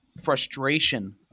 frustration